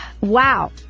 Wow